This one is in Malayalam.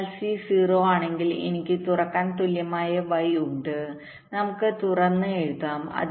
അതിനാൽ സി 0 ആണെങ്കിൽ എനിക്ക് തുറക്കാൻ തുല്യമായ Y ഉണ്ട് നമുക്ക് തുറന്ന് എഴുതാം